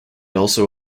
also